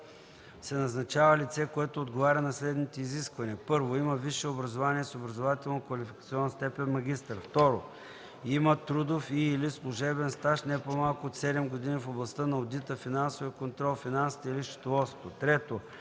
се назначава лице, което отговаря на следните изисквания: 1. има висше образование с образователно-квалификационна степен „магистър”; 2. има трудов и/или служебен стаж не по-малко от 7 години в областта на одита, финансовия контрол, финансите или счетоводството;